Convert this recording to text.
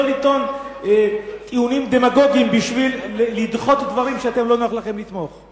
לא לטעון טיעונים דמגוגיים בשביל לדחות דברים שלא נוח לכם לתמוך בהם.